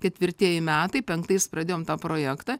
ketvirtieji metai penktais pradėjom tą projektą